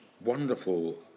wonderful